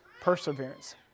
perseverance